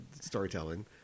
storytelling